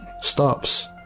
stops